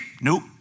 Nope